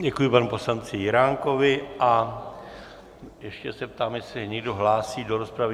Děkuji panu poslanci Jiránkovi a ještě se ptám, jestli se někdo hlásí do rozpravy.